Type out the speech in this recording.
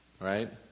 Right